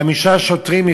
חמישה שוטרים,